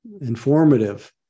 informative